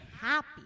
happy